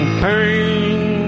pain